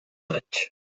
maig